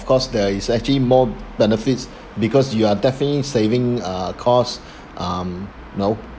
course there is actually more benefits because you are definitely saving uh cost um you know